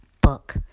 book